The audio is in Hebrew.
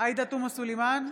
עאידה תומא סלימאן,